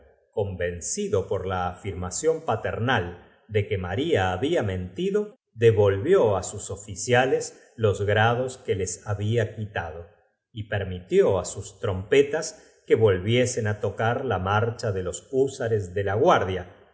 convencido por la afirmación paternal de que maria habla mentido devolvió á sus oficiales los grados que les babia quitado y permitió á sus trompetas que volviesen á tocar la marcha de los húsa es de la guardia